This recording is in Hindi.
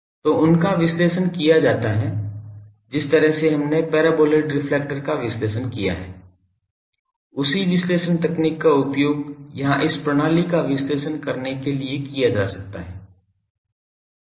तो उनका विश्लेषण किया जाता है जिस तरह से हमने पैराबोलॉइड रेफ्लेक्टर् का विश्लेषण किया है उसी विश्लेषण तकनीक का उपयोग यहां इस प्रणाली का विश्लेषण करने के लिए किया जा सकता है